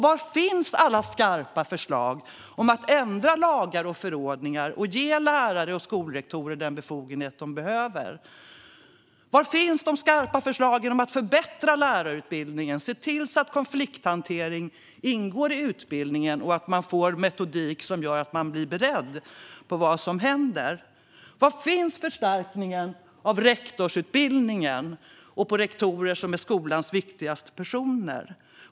Var finns alla skarpa förslag om att ändra lagar och förordningar och ge lärare och skolrektorer den befogenhet de behöver? Var finns de skarpa förslagen om att förbättra lärarutbildningen så att konflikthantering och metodik ingår som gör en beredd på vad som händer? Var finns förstärkningen av rektorsutbildningen och av rektorer, som är skolans viktigaste personer?